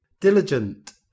Diligent